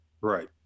Right